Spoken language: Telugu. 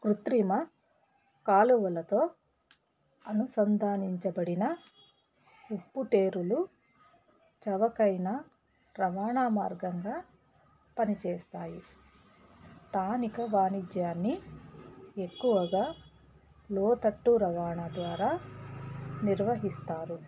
కృత్రిమ కాలువలతో అనుసంధానించబడిన ఉప్పుటేరులు చౌక అయిన రవాణా మార్గంగా పనిచేస్తాయి స్థానిక వాణిజ్యాన్ని ఎక్కువగా లోతట్టు రవాణా ద్వారా నిర్వహిస్తారు